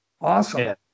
Awesome